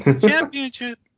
Championship